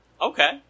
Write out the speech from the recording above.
okay